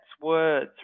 words